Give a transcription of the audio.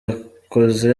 akoze